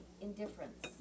indifference